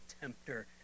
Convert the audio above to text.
tempter